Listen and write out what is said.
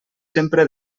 sempre